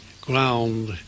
ground